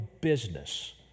business